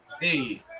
Hey